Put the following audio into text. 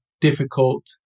difficult